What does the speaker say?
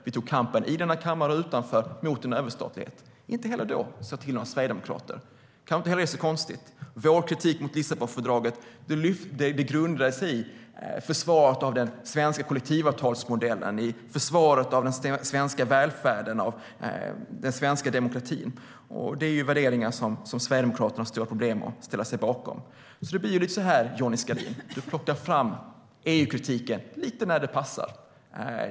Vi tog kampen i och utanför den här kammaren mot en överstatlighet. Inte heller då såg jag till några sverigedemokrater, vilket kanske inte var så konstigt. Vår kritik mot Lissabonfördraget grundade sig i försvaret av den svenska kollektivavtalsmodellen, i försvaret av den svenska välfärden, i försvaret av den svenska demokratin. Det är värderingar som Sverigedemokraterna har stora problem att ställa sig bakom. Det blir lite hur som helst, Johnny Skalin. Du plockar fram EU-kritiken när det passar.